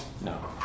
No